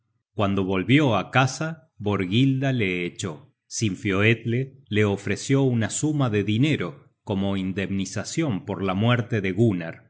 cuando volvió á casa borghilda le echó sinfioetle la ofreció una suma de dinero como indemnizacion por la muerte de gunnar